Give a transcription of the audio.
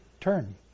turn